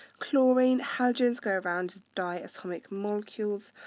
chlorine halogens go around to diatomic molecules.